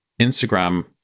Instagram